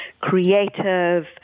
creative